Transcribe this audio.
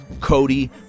Cody